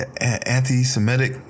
anti-Semitic